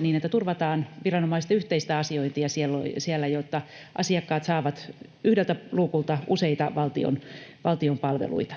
niin, että turvataan viranomaisten yhteistä asiointia siellä, jotta asiakkaat saavat yhdeltä luukulta useita valtion palveluita.